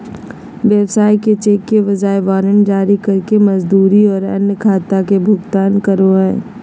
व्यवसाय चेक के बजाय वारंट जारी करके मजदूरी और अन्य खाता के भुगतान करो हइ